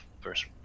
first